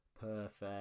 perfect